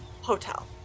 hotel